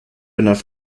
enough